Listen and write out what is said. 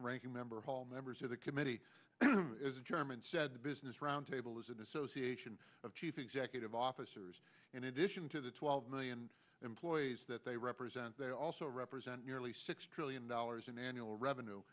ranking member hall members of the committee chairman said the business roundtable is an association of chief executive officers in addition to the twelve million employees that they represent they also represent nearly six trillion dollars in annual revenue